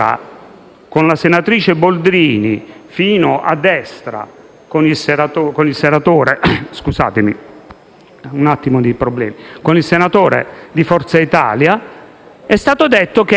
con la senatrice Boldrini, fino a destra, con un senatore di Forza Italia, è stato detto che